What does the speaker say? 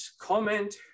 comment